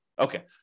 Okay